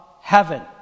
heaven